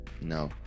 no